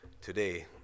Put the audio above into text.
today